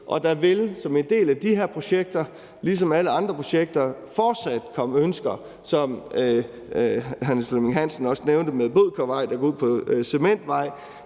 der vil som en del af de her projekter, ligesom alle andre projekter, fortsat komme ønsker. Som hr. Niels Flemming Hansen også nævnte med Bødkervej, der går ud på Cementvejen,